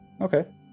okay